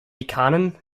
liikanen